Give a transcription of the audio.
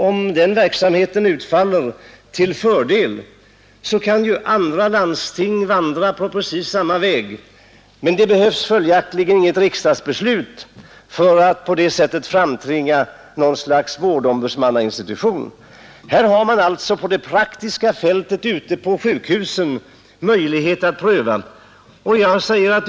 Om den verksamheten utfaller till fördel, så kan ju andra landsting vandra på precis samma väg. Det behövs följaktligen inget riksdagsbeslut för att framtvinga något slags vårdombudsmannainstitution. Här har man alltså på det praktiska fältet ute på sjukhusen möjlighet att pröva.